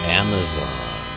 amazon